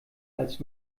als